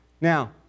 Now